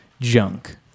junk